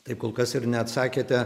taip kol kas ir neatsakėte